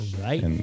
Right